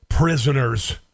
Prisoners